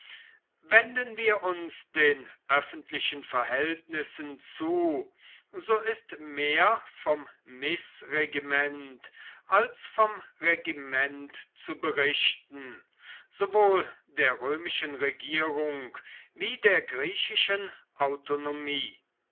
wenden wir uns den öffentlichen verhältnissen zu so ist mehr vom mißregiment als vom regiment zu berichten sowohl der römischen regierung wie der griechischen autonomie